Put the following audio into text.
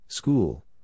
School